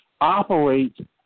Operate